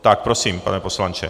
Tak prosím, pane poslanče.